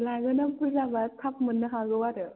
लागोना बुरजाबा थाब मोन्नो हागौ आरो